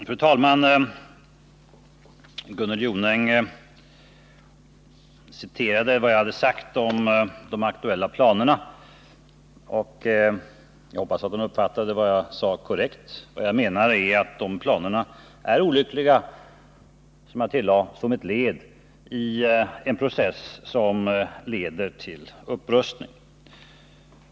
Fru talman! Gunnel Jonäng citerade vad jag sagt om de aktuella planerna. Jag hoppas att hon korrekt uppfattade vad jag sade. Enligt min mening är planerna olyckliga, eftersom de är, som jag tillade, ett led i en process som innebär upprustning.